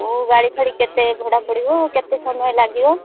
କେଉଁ ଗାଡ଼ି ଫାଡ଼ି କେତେ ଭଡ଼ା ପଡ଼ିବ କେତେ ସମୟ ଲାଗିବ